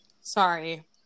Sorry